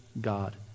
God